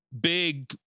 big